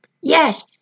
Yes